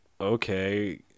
okay